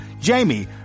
Jamie